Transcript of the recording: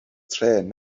trên